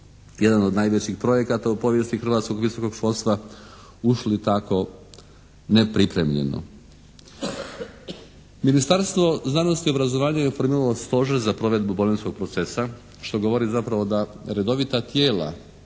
jedan od najvećih projekata u povijesti hrvatskog visokog školstva, ušli tako nepripremljeno. Ministarstvo znanosti i obrazovanja je opremilo stožer za provedbu Bolonjskog procesa što govori zapravo da redovita tijela